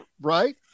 right